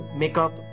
makeup